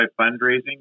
fundraising